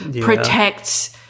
protects